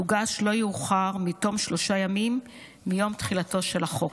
תוגש לא יאוחר מתום שלושה ימים מיום תחילתו של החוק.